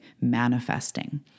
manifesting